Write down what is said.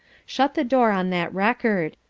shut the door on that record.